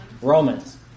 Romans